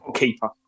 Keeper